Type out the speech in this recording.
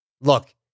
Look